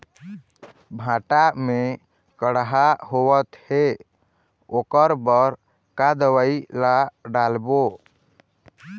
भांटा मे कड़हा होअत हे ओकर बर का दवई ला डालबो?